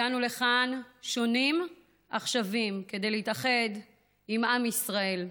הגענו לכאן שונים אך שווים כדי להתאחד עם עַם ישראל.